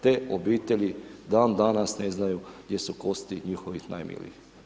Te obitelji, dan danas ne znaju gdje su kosti njihovih najmilijih.